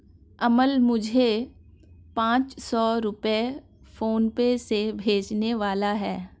अमन मुझे पांच सौ रुपए फोनपे से भेजने वाला है